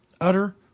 Utter